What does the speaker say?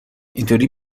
اینطوری